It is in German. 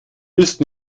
ist